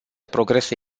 progrese